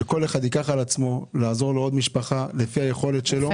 שכל אחד ייקח על עצמו לעזור לעוד משפחה לפי היכולת שלו.